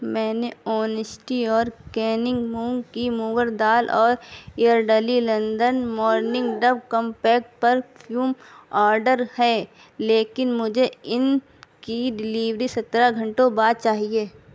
میں نے honesty organic مونگ کی موگر دال اور Yardley London morning compact perfume order ہے لیکن مجھے ان کی ڈیلیوری سترہ گھنٹوں بعد چاہیے